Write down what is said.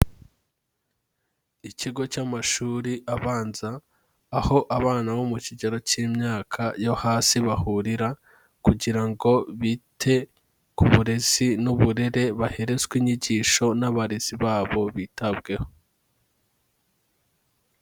Ikigo cy'amashuri abanza, aho abana bo mu kigero cy'imyaka yo hasi bahurira, kugira ngo bite ku burezi n'uburere, baherezwe inyigisho n'abarezi babo bitabweho.